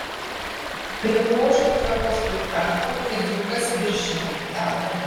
prie grožio ir tvarkos priprato kai dzūkas viršininku tapo